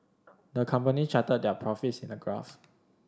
the company charted their profits in a graph